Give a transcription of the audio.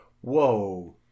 whoa